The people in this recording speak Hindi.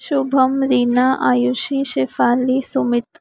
शुभम रीना आयुषी शेफ़ाली सुमित